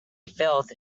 filth